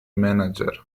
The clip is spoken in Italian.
manager